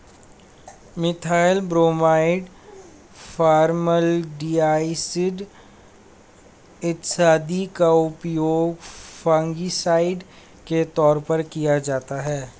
methyl bromide, formaldehyde इत्यादि का उपयोग फंगिसाइड के तौर पर किया जाता है